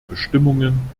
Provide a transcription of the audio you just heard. bestimmungen